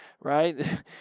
right